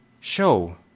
Show